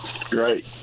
Great